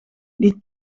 die